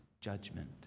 judgment